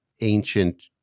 ancient